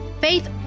faith